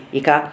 ika